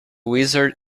wizard